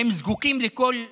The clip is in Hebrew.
הם זקוקים לכל גרוש.